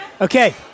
Okay